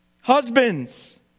Husbands